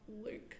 Luke